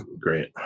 great